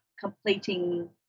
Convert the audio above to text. completing